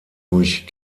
durch